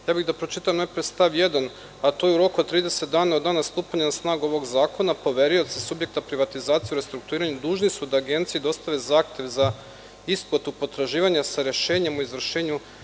moram da pročitam najpre stav 1, a to je „U roku od 30 dana od dana stupanja na snagu ovog zakona poverioci subjekta privatizacije u restrukturiranju dužni su da agenciji dostave zahtev za isplatu potraživanja sa rešenjem o izvršenju,